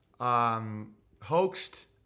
Hoaxed